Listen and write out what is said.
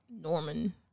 Norman